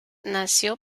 nació